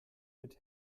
mit